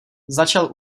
začal